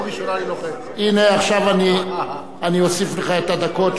אני אוסיף לך את הדקות.